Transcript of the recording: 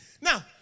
Now